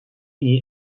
iyi